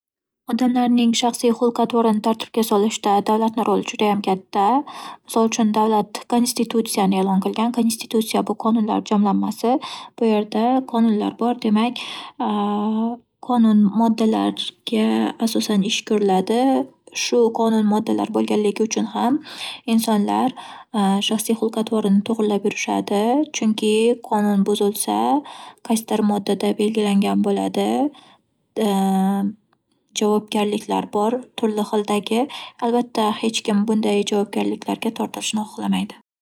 Odamlarning shaxsiy xulq-atvorini tartibga solishda davlatni roli judayam katta. Misol uchun, davlat konstitutsiyani e'lon qilgan. Konstitutsiya bu - qonunlar jamlanmasi. Bu yerda qonunlar bor, demak qonun- moddalarga asosan ish ko'riladi. Shu qonun- moddalar bo'lganligi uchun ham insonlar shaxsiy xulq- atvorini to'g'irlab yurishadi. Chunki qonun buzilsa, qaysidir moddada belgilangan bo'ladi javobgarliklar bor turli xildagi. Albatta, hech kim bunday javobgarliklarga tortilishni xoxlamaydi.